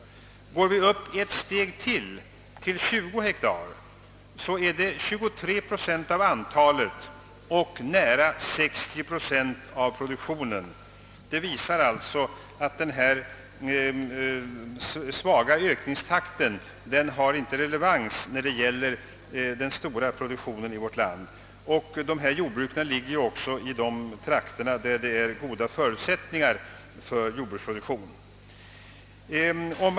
Om vi går upp ytterligare ett steg till 20 hektar, kan konstateras att dessa utgör 23 procent av antalet och att de ger nära 60 procent av produktionen. Detta visar att den svaga genomsnittliga ökningstakten inte har någon relevans när det gäller den stora produktionen i vårt land. Dessa jordbruk ligger också i trakter där det finns goda förutsättningar för jordbruksproduktion.